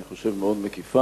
אני חושב מאוד מקיפה.